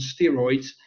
steroids